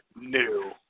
new